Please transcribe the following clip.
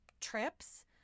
trips